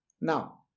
Now